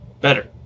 better